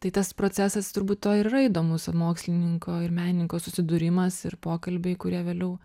tai tas procesas turbūt tuo ir yra įdomus mokslininko ir menininko susidūrimas ir pokalbiai kurie vėliau